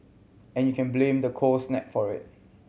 and you can blame the cold snap for it